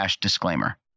disclaimer